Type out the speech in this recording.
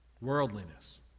Worldliness